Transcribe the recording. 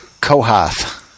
Kohath